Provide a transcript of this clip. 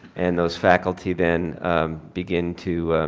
and those faculty then begin to